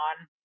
on